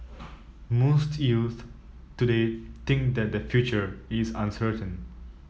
most youths today think that their future is uncertain